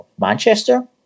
Manchester